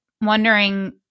wondering